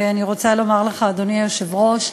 ואני רוצה לומר לך, אדוני היושב-ראש,